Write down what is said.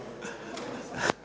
Hvala